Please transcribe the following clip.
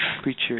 creature